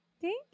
Thank